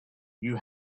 you